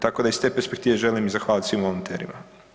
Tako da iz te perspektive želim i zahvaliti svim volonterima.